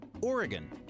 Oregon